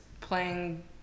playing